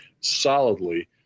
solidly